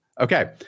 Okay